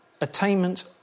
attainment